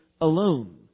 alone